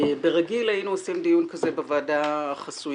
ברגיל היינו עושים דיון כזה בוועדה החסויה